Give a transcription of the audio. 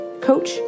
coach